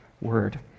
word